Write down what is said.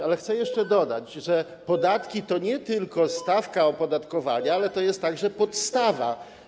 Ale chcę jeszcze dodać, że podatki to nie tylko stawka opodatkowania, ale to także podstawa.